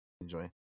enjoy